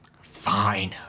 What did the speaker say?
Fine